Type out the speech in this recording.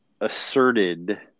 asserted